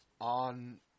on